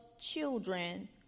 children